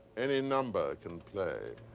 any number can play.